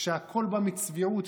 כשהכול בא מצביעות,